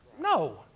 No